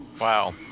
Wow